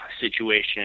situation